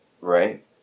Right